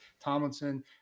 Tomlinson